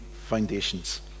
foundations